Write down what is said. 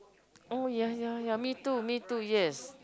oh ya ya ya me too me too yes